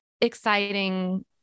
exciting